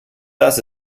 das